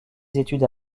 études